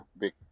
big